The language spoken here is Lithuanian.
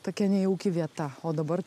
tokia nejauki vieta o dabar